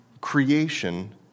creation